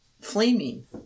flaming